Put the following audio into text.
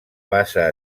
bassa